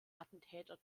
attentäter